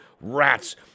Rats